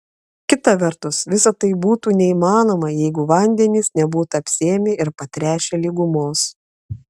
kita vertus visa tai būtų neįmanoma jeigu vandenys nebūtų apsėmę ir patręšę lygumos